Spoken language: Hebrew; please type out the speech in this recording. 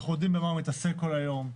אנחנו יודעים במה הוא מתעסק כל היום,